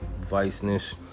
viceness